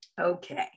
Okay